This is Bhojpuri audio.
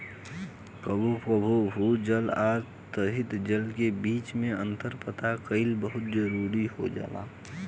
कबो कबो भू जल आ सतही जल के बीच में अंतर पता कईल बहुत जरूरी हो जाला